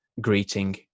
greeting